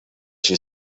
she